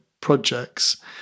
projects